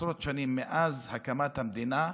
עשרות שנים, מאז הקמת המדינה,